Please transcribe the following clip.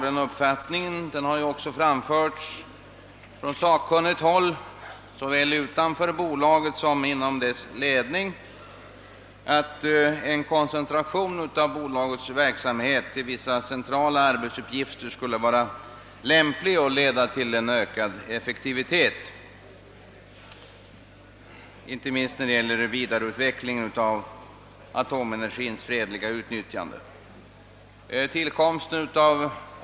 Det har från sakkunnigt håll såväl utanför bolaget som inom dess ledning framförts att en koncentration av bolagets verksamhet till vissa centrala arbetsuppgifter skulle vara lämplig och leda till en ökad effektivitet, inte minst när det gäller vidareutvecklingen av atomenergien för fredligt utnyttjande. Vi reservanter delar denna uppfattning.